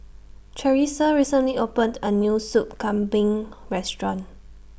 Charissa recently opened A New Soup Kambing Restaurant